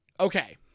Okay